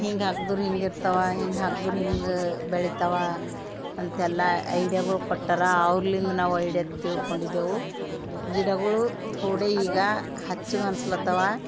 ಹಿಂಗೆ ಹಾಕ್ದ್ರೆ ಹಿಂಗೆ ಇರ್ತವೆ ಹಿಂಗೆ ಹಾಕ್ದ್ರೆ ಹಿಂಗೆ ಬೆಳಿತವೆ ಅಂತೆಲ್ಲ ಐಡ್ಯಾಗಳು ಕೊಟ್ಟರ ಅವ್ರ್ಲಿಂದ ನಾವು ಐಡ್ಯಾ ತಿಳ್ಕೊಂಡಿದೆವು ಗಿಡಗಳು ಥೋಡೆ ಈಗ ಹಚ್ಚಗೆ ಅನಿಸ್ಲತ್ತವ